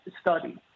study